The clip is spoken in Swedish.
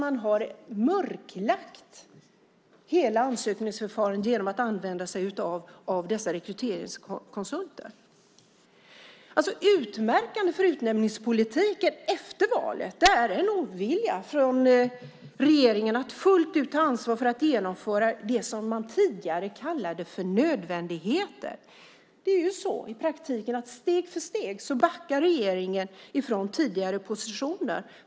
Man har mörklagt hela ansökningsförfarandet genom att använda sig av dessa rekryteringskonsulter. Utmärkande för utnämningspolitiken efter valet är en ovilja från regeringen att fullt ut ta ansvar för att genomföra det som man tidigare kallade för nödvändigheter. I praktiken backar regeringen steg för steg från tidigare positioner.